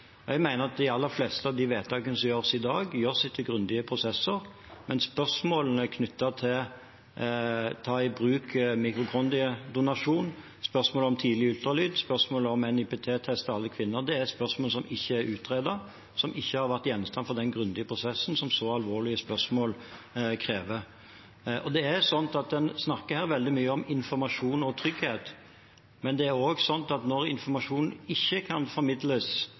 Jeg mener at de aller fleste av de vedtakene som gjøres i dag, gjøres etter grundige prosesser, men spørsmålene knyttet til å ta i bruk mitokondriedonasjon, tidlig ultralyd og NIPT-test til alle kvinner er spørsmål som ikke er utredet, og som ikke har vært gjenstand for den grundige prosessen som så alvorlige spørsmål krever. En snakker her veldig mye om informasjon og trygghet, men når informasjonen ikke kan formidles på en veldig trygg og god måte, skaper det ikke